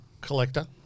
collector